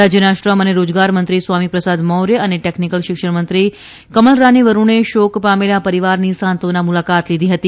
રાજ્યના શ્રમ અને રોજગારમંત્રી સ્વામી પ્રસાદ મૌર્ય અને ટેકનીકલ શિક્ષણમંત્રી કમલરાની વરૂણે શોક પામેલા પરિવારની સાંત્વના મુલાકાત લીધી હતી